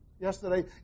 yesterday